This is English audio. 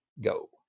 go